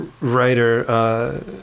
Writer